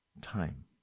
time